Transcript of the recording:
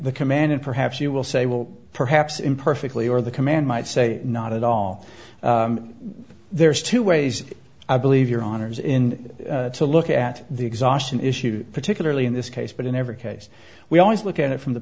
the command and perhaps you will say well perhaps imperfectly or the command might say not at all there's two ways i believe your honour's in to look at the exhaustion issue particularly in this case but in every case we always look at it from the